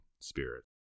spirit